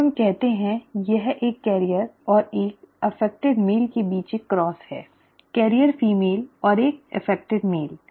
अब हम कहते हैं यह एक वाहक और एक प्रभावित पुरुष के बीच एक क्रॉस है वाहक फीमेल और एक प्रभावित पुरुष